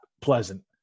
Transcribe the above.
pleasant